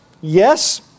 Yes